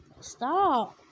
stop